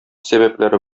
сәбәпләре